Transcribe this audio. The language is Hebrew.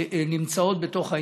נמצאות בתוך העניין,